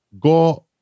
go